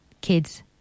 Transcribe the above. Kids